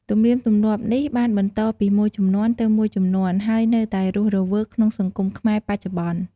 ទំនៀមទម្លាប់នេះបានបន្តពីមួយជំនាន់ទៅមួយជំនាន់ ហើយនៅតែរស់រវើកក្នុងសង្គមខ្មែរបច្ចុប្បន្ន។